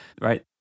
right